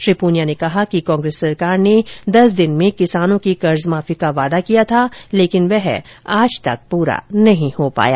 श्री पूनिया ने कहा कि कांग्रेस सरकार ने दस दिन में किसानों की कर्जमाफी का वादा किया था लेकिन वह आज तक पूरा नहीं हो पाया